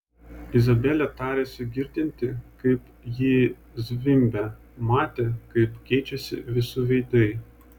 izabelė tarėsi girdinti kaip ji zvimbia matė kaip keičiasi visų veidai